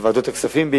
בעיקר בוועדת הכספים.